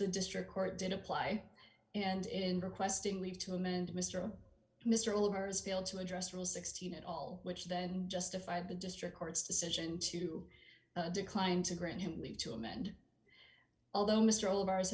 the district court did apply and in requesting leave to amend mr or mr olmert has failed to address real sixteen at all which they justify the district court's decision to decline to grant him leave to amend although mr all of ours